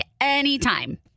anytime